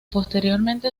posteriormente